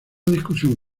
discusión